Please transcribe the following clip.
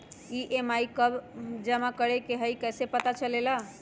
EMI कव जमा करेके हई कैसे पता चलेला?